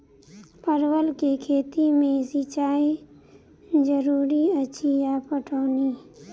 परवल केँ खेती मे सिंचाई जरूरी अछि या पटौनी?